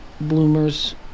bloomers